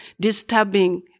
disturbing